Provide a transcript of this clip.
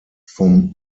vom